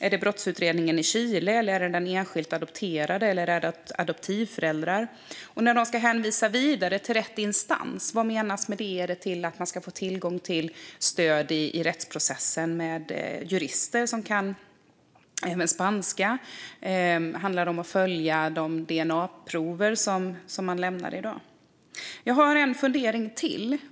Är det brottsutredningen i Chile, den enskilt adopterade eller adoptivföräldrarna? Och när kontaktpunkten ska hänvisa till rätt instans, menas det då att man ska få tillgång till stöd i rättsprocessen av jurister som även kan spanska? Handlar det om att följa de dna-prover man lämnar i dag? Jag har en fundering till.